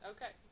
Okay